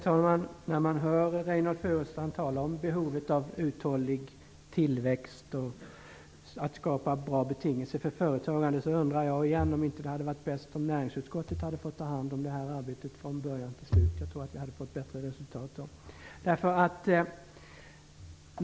Herr talman! När man hör Reynoldh Furustrand tala om behovet av uthållig tillväxt och att skapa bra betingelser för företagande undrar jag igen om det inte hade varit bäst om näringsutskottet hade fått ta hand om det här arbetet från början till slut. Jag tror att vi hade fått bättre resultat då.